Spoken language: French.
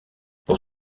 pour